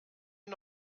wir